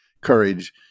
courage